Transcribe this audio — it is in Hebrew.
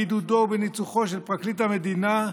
בעידודו ובניצוחו של פרקליט המדינה,